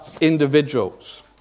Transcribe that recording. individuals